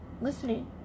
listening